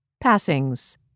Passings